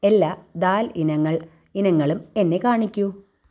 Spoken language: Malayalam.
എല്ലാ ദാൽ ഇനങ്ങൾ ഇനങ്ങളും എന്നെ കാണിക്കൂ